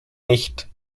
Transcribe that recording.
nicht